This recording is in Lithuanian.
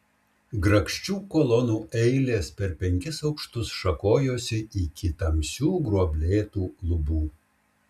grakščių kolonų eilės per penkis aukštus šakojosi iki tamsių gruoblėtų lubų